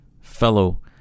fellow